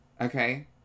okay